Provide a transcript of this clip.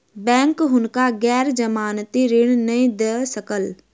bank हुनका गैर जमानती ऋण नै दय सकल